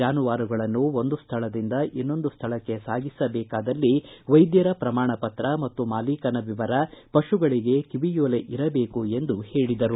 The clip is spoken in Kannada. ಜಾನುವಾರಗಳನ್ನು ಒಂದು ಸ್ಥಳದಿಂದ ಇನ್ನೊಂದು ಸ್ಥಳಕ್ಕೆ ಸಾಗಿಸಬೇಕಾದಲ್ಲಿ ವೈದ್ಯರ ಪ್ರಮಾಣಪತ್ರ ಮತ್ತು ಮಾಲೀಕನ ವಿವರ ಪಶುಗಳಿಗೆ ಕಿವಿಯೋಲೆ ಇರಬೇಕು ಎಂದು ಹೇಳಿದರು